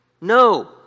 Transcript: No